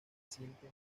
siente